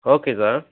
okay sir